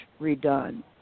redone